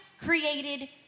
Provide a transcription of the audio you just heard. created